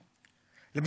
תודה, מיקי.